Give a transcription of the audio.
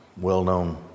well-known